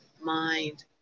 mind